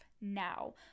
now